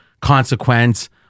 consequence